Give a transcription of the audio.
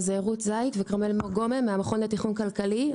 אני נמצאת פה עם כרמל גומא מהמכון לתכנון כלכלי.